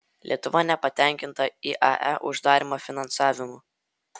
lietuva nepatenkinta iae uždarymo finansavimu